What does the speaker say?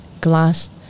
glass